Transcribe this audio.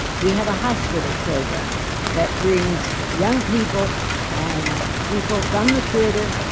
we have a hospital program that brings young people and people from the theatre,